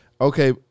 Okay